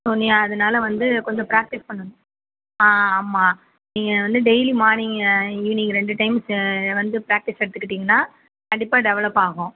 so நீ அதனால வந்து கொஞ்சம் ப்ராக்டிஸ் பண்ணனும் ஆ ஆமாம் நீங்கள் வந்து டெய்லி மார்னிங் ஈவினிங் ரெண்டு டைம் வந்து ப்ராக்டிஸ் எடுத்துக்கிட்டிங்கன்னா கண்டிப்பாக டெவலப் ஆகும்